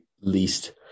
least